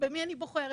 במי אני בוחרת.